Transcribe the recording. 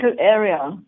area